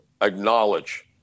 acknowledge